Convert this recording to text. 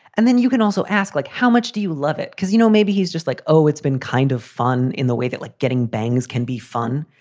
and then you can also ask, like, how much do you love it? because, you know, maybe he's just like, oh, it's been kind of fun in the way that, like, getting bangs can be fun,